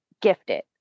gifted